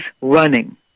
running